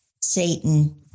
Satan